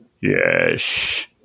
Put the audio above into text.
yes